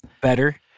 better